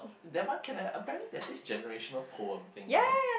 that one can I apparently there's this generational poem thing you know